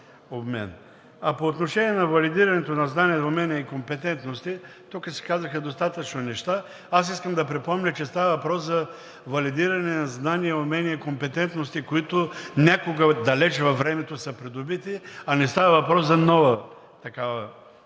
По отношение на валидирането на знания, умения и компетентности тук се казаха достатъчно неща. Искам да припомня, че става въпрос за валидиране на знания, умения и компетентности, които някога далеч във времето са придобити, а не става въпрос за нова такава възможност.